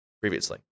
previously